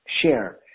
share